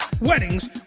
weddings